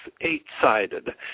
eight-sided